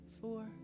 four